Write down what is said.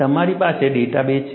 તમારી પાસે ડેટાબેઝ છે